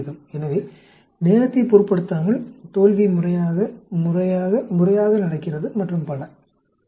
எனவே நேரத்தைப் பொருட்படுத்தாமல் தோல்வி முறையாக முறையாக முறையாக நடக்கிறது மற்றும் பல உண்மையில்